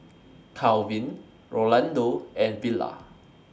Kalvin Rolando and Villa